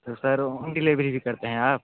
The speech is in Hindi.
तो सर होम डिलीवरी भी करते हैं आप